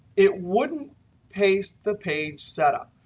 it wouldn't paste the page setup.